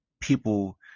people